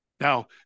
Now